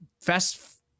fast